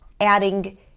adding